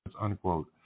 unquote